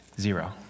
Zero